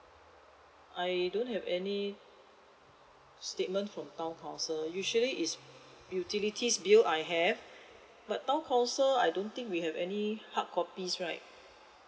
I don't have any statement from town council usually is utilities bill I have but town council I don't think we have any hardcopies right